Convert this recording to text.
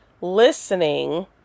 listening